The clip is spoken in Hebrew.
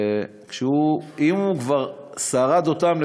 אם הוא כבר שרד אותן,